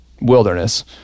wilderness